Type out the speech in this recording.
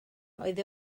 oedd